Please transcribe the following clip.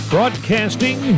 Broadcasting